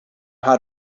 how